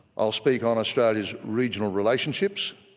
i will speak on australia's regional relationships,